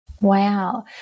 Wow